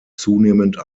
zunehmend